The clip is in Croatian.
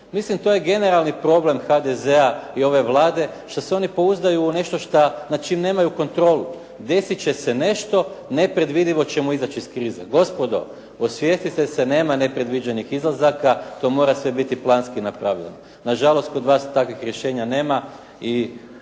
Mislim to je generalni problem HDZ-a i ove Vlade, što se oni pouzdaju u nešto nad čime nemaju kontrolu. Desit će se nešto nepredvidivo ćemo izići iz krize. Gospodo, osvijestite se nema nepredviđenih izlazaka, to mora biti sve planski napravljeno. Na žalost kod vas takvih rješenja nema i